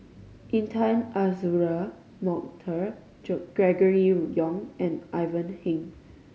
Intan Azura Mokhtar Gregory Yong and Ivan Heng